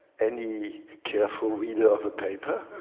any careful reader of a paper